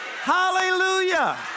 Hallelujah